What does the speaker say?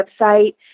website